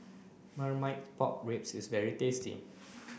Marmite Pork Ribs is very tasty